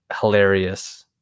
hilarious